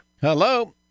Hello